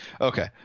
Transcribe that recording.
Okay